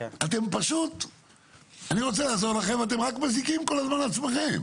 אני רוצה לעזור לכם ואתם רק מזיקים כל הזמן לעצמכם.